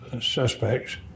suspects